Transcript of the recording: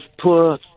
poor